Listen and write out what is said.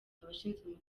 abashinzwe